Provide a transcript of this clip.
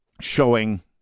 showing